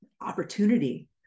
opportunity